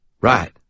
Right